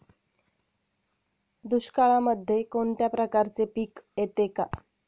दुष्काळामध्ये कोणत्या प्रकारचे पीक येते का?